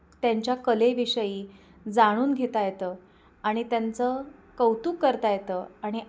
त्यांच्या कलेविषयी जाणून घेता येतं आणि त्यांचं कौतुक करता येतं आणि